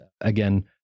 again